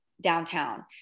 downtown